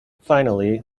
finally